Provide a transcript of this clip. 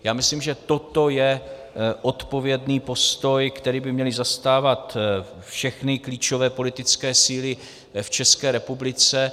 Já myslím, že toto je odpovědný postoj, který by měly zastávat všechny klíčové politické síly v České republiky.